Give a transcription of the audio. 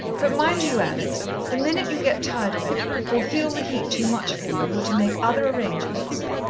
but mind you, alex, the minute you get tired of it, or feel the heat too much for you, you're to make other arrangements.